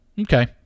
Okay